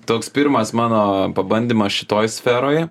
toks pirmas mano pabandymas šitoj sferoj